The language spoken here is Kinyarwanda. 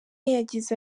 yagize